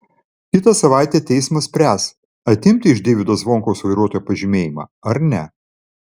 kitą savaitę teismas spręs atimti iš deivydo zvonkaus vairuotojo pažymėjimą ar ne